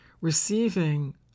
receiving